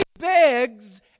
begs